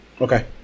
Okay